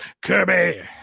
Kirby